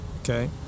Okay